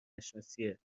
نشناسیه